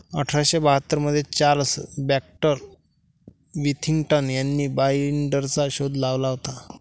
अठरा शे बाहत्तर मध्ये चार्ल्स बॅक्स्टर विथिंग्टन यांनी बाईंडरचा शोध लावला होता